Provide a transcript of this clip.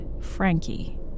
Frankie